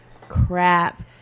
Crap